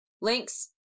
Links